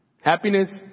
Happiness